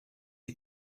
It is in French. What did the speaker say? est